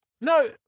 No